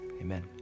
amen